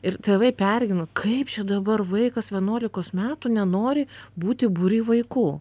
ir tėvai pergyvena kaip čia dabar vaikas vienuolikos metų nenori būti būry vaikų